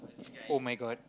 oh-my-God